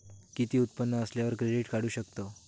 किती उत्पन्न असल्यावर क्रेडीट काढू शकतव?